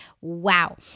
Wow